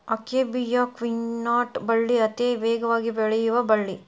akebia quinata ಬಳ್ಳಿ ಅತೇ ವೇಗವಾಗಿ ಬೆಳಿಯು ಬಳ್ಳಿ